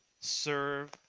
Serve